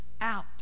out